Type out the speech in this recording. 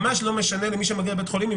ממש לא משנה למי שמגיע לבית החולים אם